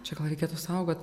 čia gal reikėtų saugot